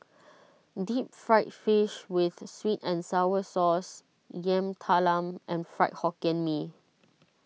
Deep Fried Fish with Sweet and Sour Sauce Yam Talam and Fried Hokkien Mee